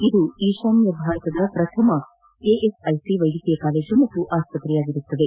ಇದು ಈಶಾನ್ನ ಭಾರತದ ಪ್ರಥಮ ಎಎಸ್ಐಸಿ ವ್ಲೆದ್ಗಕೀಯ ಕಾಲೇಜು ಮತ್ತು ಆಸ್ಪತ್ರೆಯಾಗಿದೆ